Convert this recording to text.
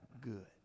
good